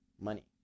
money